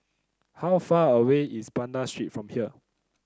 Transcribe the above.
how far away is Banda Street from here